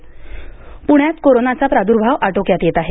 प्ण्यात करोनाचा प्राद्भाव आटोक्यात येत आहे